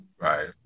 right